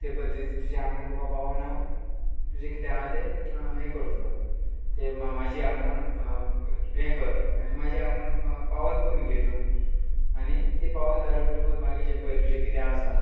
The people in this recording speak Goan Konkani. तें पद्दतीन तुजें आंगण तुका पावोन हांव तुजें कितें आहा तें हें करतलो तें म्हाजी आंगवण हें कर आनी म्हाजी आंगवण पावोन करून घे तूं आनी ती पावोन जालें म्हणटकूत मागीर जें पळय तुजें कितें आसा